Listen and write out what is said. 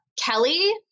Kelly